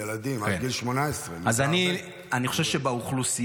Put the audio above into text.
ילדים עד גיל 18. אז אני חושב שבאוכלוסייה,